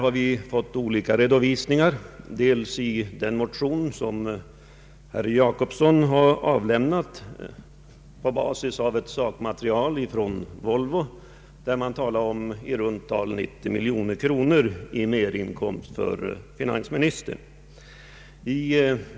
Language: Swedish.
Vi har fått olika redovisningar, bl.a. i den motion som herr Jacobsson har avlämnat på basis av sakmaterial från Volvo, där man talar om 90 miljoner kronor i merinkomst för finansministern.